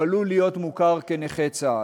הוא עלול להיות מוכר כנכה צה"ל.